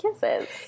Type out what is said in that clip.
kisses